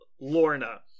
Lorna